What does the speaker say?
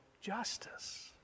justice